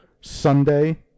Sunday